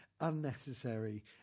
unnecessary